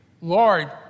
Lord